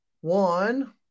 One